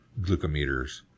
glucometers